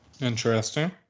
Interesting